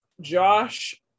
Josh